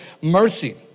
Mercy